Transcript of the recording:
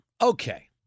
okay